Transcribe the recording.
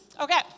Okay